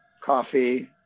coffee